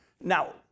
Now